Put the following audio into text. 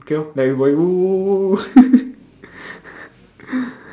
okay lor then everybody !woo!